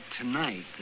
tonight